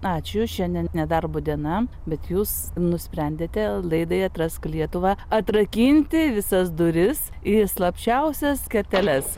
ačiū šiandien nedarbo diena bet jūs nusprendėte laidai atrask lietuvą atrakinti visas duris į slapčiausias kerteles